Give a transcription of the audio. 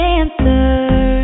answer